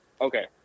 Okay